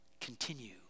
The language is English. continue